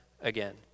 again